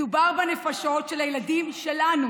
מדובר בנפשות של הילדים שלנו.